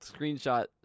screenshot